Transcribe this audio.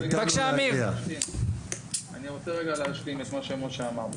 אני רוצה להשלים את מה שמשה אמר.